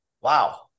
Wow